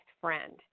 friend